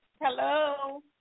Hello